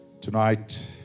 tonight